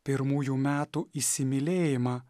pirmųjų metų įsimylėjimą